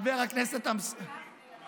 אתה שכחת את הנורבגים, אלי.